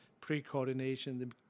pre-coordination